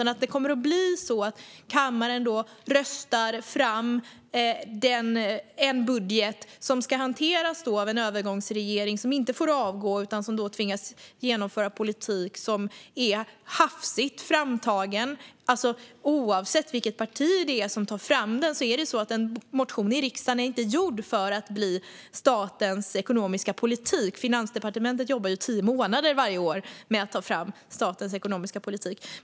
Då röstar kammaren fram en budget som ska hanteras av en övergångsregering som inte får avgå utan som tvingas genomföra en politik som är hafsigt framtagen. Oavsett vilket parti det är som tar fram den är en motion till riksdagen inte är gjord för att bli statens ekonomiska politik. Finansdepartementet jobbar ju i tio månader varje år med att ta fram statens ekonomiska politik.